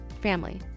family